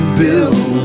build